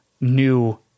new